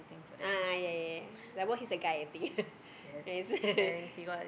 ah yea yea some more he's a guy I think